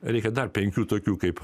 reikia dar penkių tokių kaip